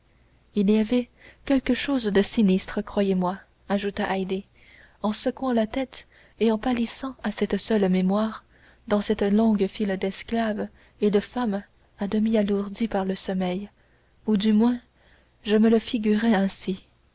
il y avait quelque chose de sinistre croyez-moi ajouta haydée en secouant la tête et en pâlissant à cette seule mémoire dans cette longue file d'esclaves et de femmes à demi alourdies par le sommeil ou du moins je me le figurais ainsi